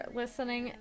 listening